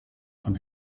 von